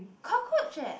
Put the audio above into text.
cockroach eh